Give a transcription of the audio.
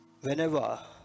whenever